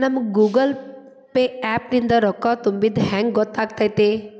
ನಮಗ Google Pay app ನಿಂದ ರೊಕ್ಕಾ ತುಂಬಿದ್ದ ಹೆಂಗ್ ಗೊತ್ತ್ ಆಗತೈತಿ?